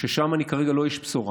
ששם אני כרגע לא איש בשורה,